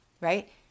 right